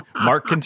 Mark